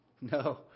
No